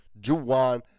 Juwan